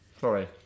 Sorry